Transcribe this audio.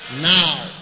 Now